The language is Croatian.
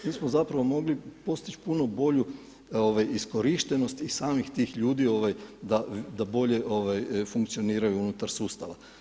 Mi smo zapravo mogli postići puno bolju iskorištenost i samih tih ljudi da bolje funkcioniraju unutar sustava.